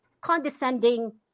condescending